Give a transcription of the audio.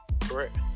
Correct